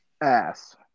Ass